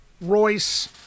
Royce